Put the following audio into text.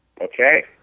Okay